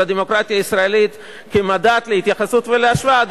לדמוקרטיה הישראלית כמדד להתייחסות ולהשוואה,